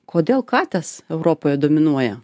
kodėl katės europoje dominuoja